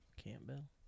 Campbell